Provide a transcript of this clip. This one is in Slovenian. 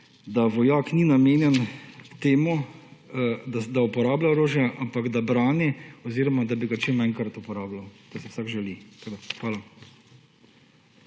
da vojak ni namenjen temu, da uporablja orožje, ampak da brani oziroma da bi ga čim manjkrat uporabljal. To si vsak želi. Hvala.